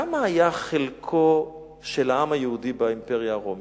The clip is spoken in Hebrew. כמה היה חלקו של העם היהודי באימפריה הרומית?